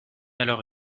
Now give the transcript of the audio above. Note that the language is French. alors